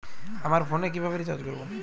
আমার ফোনে কিভাবে রিচার্জ করবো?